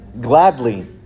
Gladly